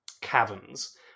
caverns